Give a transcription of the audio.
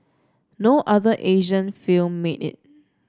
no other Asian film made it